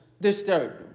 disturbed